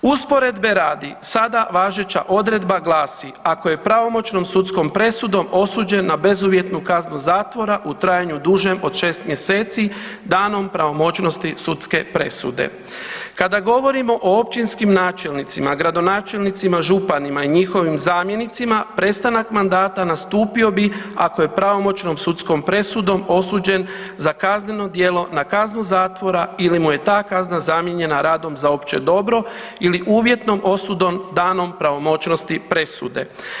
Usporedbe radi sada važeća odredba glasi: „Ako je pravomoćnom sudskom presudom osuđen na bezuvjetnu kaznu zatvora u trajanju dužem od šest mjeseci danom pravomoćnosti sudske presude.“ Kada govorimo o općinskim načelnicima, gradonačelnicima, županima i njihovim zamjenicima prestanak mandata nastupio bi ako je pravomoćnom sudskom presudom osuđen za kazneno djelo na kaznu zatvora ili mu je ta kazna zamijenjena radom za opće dobro ili uvjetnom osudom danom pravomoćnosti presude.